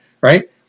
Right